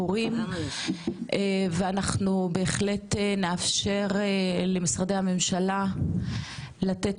הורים ואנחנו בהחלט נאפשר למשרדי הממשלה לתת